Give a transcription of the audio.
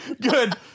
Good